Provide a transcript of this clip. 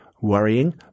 worrying